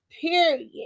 period